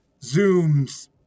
zooms